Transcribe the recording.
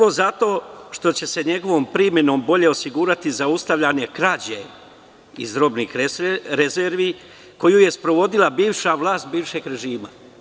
Prvo, zato što će se njegovom primenom bolje osigurati zaustavljanje krađe iz robnih rezervi koju je sprovodila bivša vlast bivšeg režima.